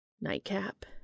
Nightcap